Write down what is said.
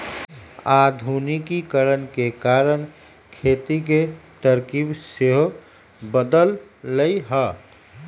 आधुनिकीकरण के कारण खेती के तरकिब सेहो बदललइ ह